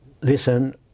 Listen